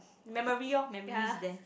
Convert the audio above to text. memory lor memory is there